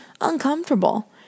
uncomfortable